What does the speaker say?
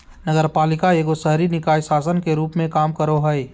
नगरपालिका एगो शहरी निकाय शासन के रूप मे काम करो हय